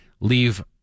leave